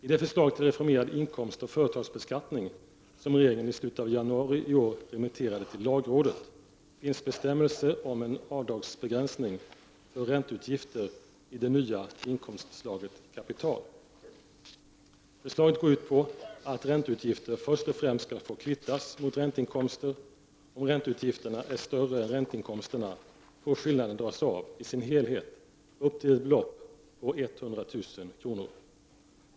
I det förslag till reformerad inkomstoch företagsbeskattning som regeringen i slutet av januari i år remitterade till lagrådet finns bestämmelser om en avdragsbegränsning för ränteutgifter i det nya inkomstslaget kapital. Förslaget går ut på att ränteutgifter först och främst skall få kvittas mot ränteinkomster. Om ränteutgifterna är större än ränteinkomsterna får skillnaden dras av i sin helhet upp till ett belopp på 100 000 kr.